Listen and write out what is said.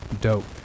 dope